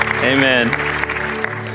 Amen